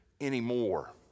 anymore